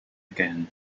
again